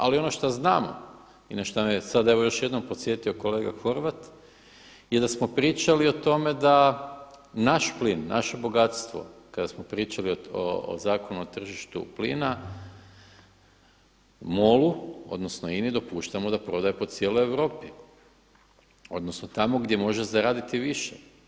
Ali ono što znamo i na šta me sad evo još jednom podsjetio kolega Horvat je da smo pričali o tome da naš plin, naše bogatstvo kada smo pričali o Zakonu o tržištu plina MOL-u odnosno INA-i dopuštamo da prodaje po cijeloj Europi, odnosno tamo gdje može zaraditi više.